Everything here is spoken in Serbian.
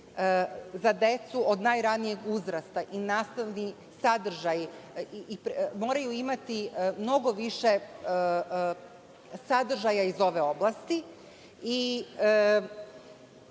za decu od najranijeg uzrasta i nasilni sadržaj moraju imati mnogo više sadržaja iz ove oblasti.